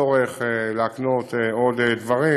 והצורך להקנות עוד דברים,